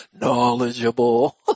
knowledgeable